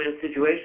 situation